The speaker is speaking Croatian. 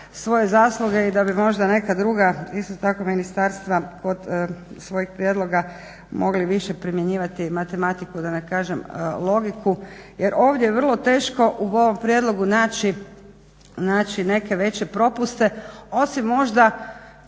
svoje zasluge i da bi možda neka druga isto tako ministarstva pod, svojih prijedloga mogli više primjenjivati matematiku, da ne kažem logiku. Jer ovdje vrlo teško u ovom prijedlogu naći neke veće prepuste, osim možda